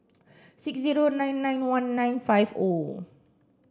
six zero nine nine one nine five O